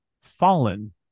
fallen